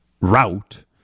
route